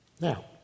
Now